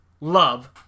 love